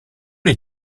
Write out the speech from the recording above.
les